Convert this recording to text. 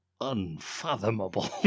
unfathomable